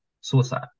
suicide